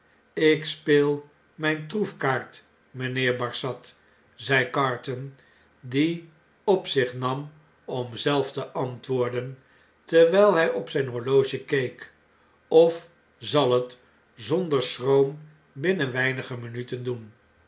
jk speel mjjne troefkaart mynheer barsad zei carton die op zich nam om zelf te antwoorden terwyi hy op zijn horloge keek of zal het zonder schroom binnen weinige minuten doen